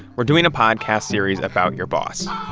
we're doing a podcast series about your boss.